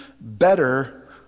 better